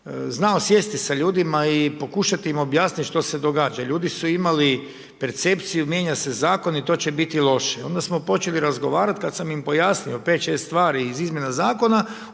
znao sjesti sa ljudima i pokušati im objasniti što se događa jer ljudi su imali percepciju, mijenja se zakon i to će biti loše. Onda smo počeli razgovarati, kad sam im pojasnio 5, 6 stvari iz izmjena zakona,